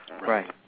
right